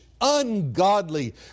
ungodly